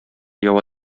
ява